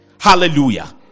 Hallelujah